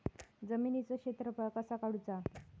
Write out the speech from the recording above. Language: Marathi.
जमिनीचो क्षेत्रफळ कसा काढुचा?